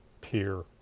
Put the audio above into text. peer